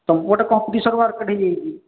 ତୁମ ପଟେ competition market ହୋଇଯାଇଛି